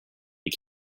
you